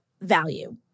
value